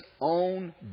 own